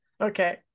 okay